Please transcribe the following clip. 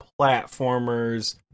platformers